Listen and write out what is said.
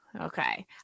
okay